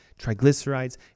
triglycerides